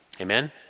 Amen